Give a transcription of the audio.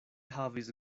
havis